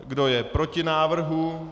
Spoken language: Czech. Kdo je proti návrhu?